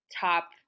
top